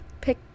pick